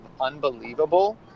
Unbelievable